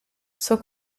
sua